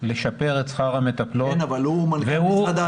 לשפר את שכר המטפלות --- כן אבל הוא מנכ"ל המוסד לביטוח לאומי.